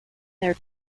their